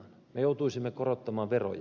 me joutuisimme korottamaan veroja